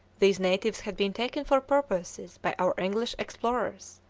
these natives had been taken for porpoises by our english explorers,